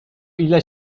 ile